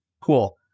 Cool